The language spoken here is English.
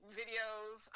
videos